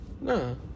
No